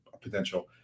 potential